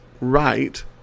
right